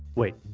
wait.